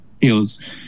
feels